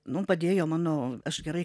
nu padėjo mano aš gerai